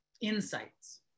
insights